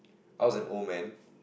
I was an old man